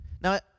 Now